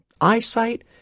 eyesight